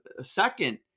second